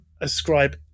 ascribe